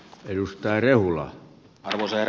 arvoisa herra puhemies